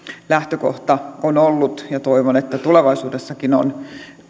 lähtökohta on ollut ja toivon että tulevaisuudessakin on